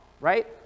right